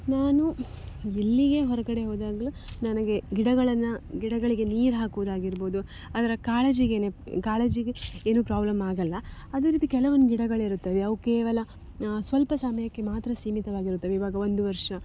ನಾನು ಎಲ್ಲಿಗೆ ಹೊರಗಡೆ ಹೋದಾಗಲೂ ನನಗೆ ಗಿಡಗಳನ್ನು ಗಿಡಗಳಿಗೆ ನೀರು ಹಾಕುವುದಾಗಿರ್ಬೋದು ಅದರ ಕಾಳಜಿಗೆನೆ ಕಾಳಜಿಗೆ ಏನೂ ಪ್ರಾಬ್ಲಮ್ ಆಗಲ್ಲ ಅದೇ ರೀತಿ ಕೆಲವೊಂದು ಗಿಡಗಳಿರುತ್ತವೆ ಅವು ಕೇವಲ ಸ್ವಲ್ಪ ಸಮಯಕ್ಕೆ ಮಾತ್ರ ಸೀಮಿತವಾಗಿರುತ್ತವೆ ಇವಾಗ ಒಂದು ವರ್ಷ